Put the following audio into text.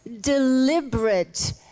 deliberate